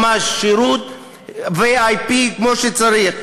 ממש שירות כמו שצריך.